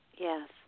Yes